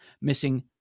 missing